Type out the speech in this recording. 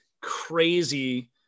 crazy